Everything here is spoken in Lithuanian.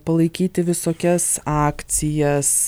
palaikyti visokias akcijas